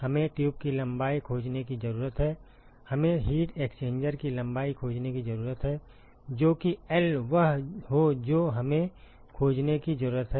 हमें ट्यूब की लंबाई खोजने की जरूरत है हमें हीट एक्सचेंजर की लंबाई खोजने की जरूरत है जोकि L वह हो जो हमें खोजने की जरूरत है